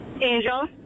angel